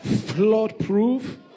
flood-proof